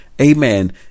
amen